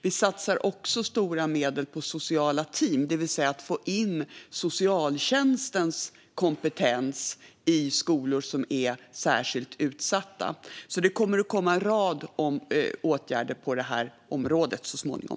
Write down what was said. Vi satsar också stora medel på sociala team, det vill säga att få in socialtjänstens kompetens i skolor som är särskilt utsatta. Det kommer alltså att vidtas en rad åtgärder på detta område så småningom.